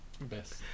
best